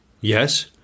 yes